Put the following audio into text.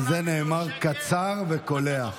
על זה נאמר: קצר וקולע.